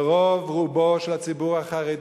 ורוב רובו של הציבור החרדי,